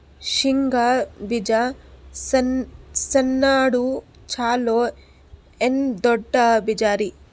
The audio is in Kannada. ಶೇಂಗಾ ಬೀಜ ಸಣ್ಣದು ಚಲೋ ಏನ್ ದೊಡ್ಡ ಬೀಜರಿ?